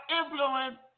influence